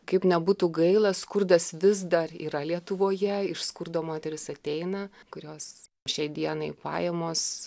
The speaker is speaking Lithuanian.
kaip nebūtų gaila skurdas vis dar yra lietuvoje iš skurdo moterys ateina kurios šiai dienai pajamos